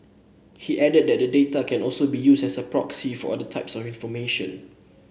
he added that the data can also be used as a proxy for other types of information